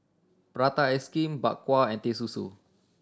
prata ice cream Bak Kwa and Teh Susu